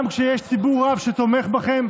גם כשיש ציבור רב שתומך בכם,